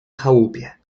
chałupie